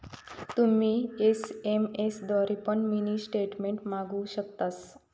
तुम्ही एस.एम.एस द्वारे पण मिनी स्टेटमेंट मागवु शकतास